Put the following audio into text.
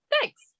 Thanks